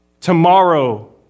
Tomorrow